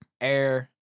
air